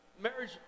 marriage